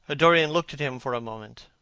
dorian looked at him for a moment.